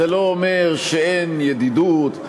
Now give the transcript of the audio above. זה לא אומר שאין ידידות,